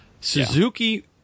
Suzuki